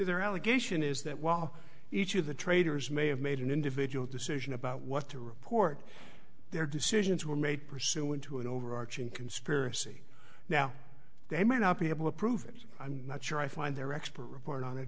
their allegation is that while each of the traders may have made an individual decision about what to report their decisions were made pursuant to an overarching conspiracy now they may not be able to prove it i'm not sure i find their expert report on it